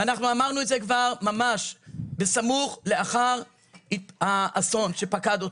אנחנו אמרנו את זה כבר בסמוך לאחר האסון שפקד אותם.